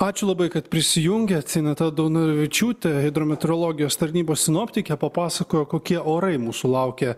ačiū labai kad prisijungėt ineta daunoravičiūtė hidrometeorologijos tarnybos sinoptikė papasakojo kokie orai mūsų laukia